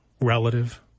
relative